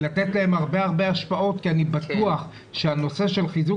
לתת להם הרבה השפעות כי אני בטוח שהנושא של חיזוק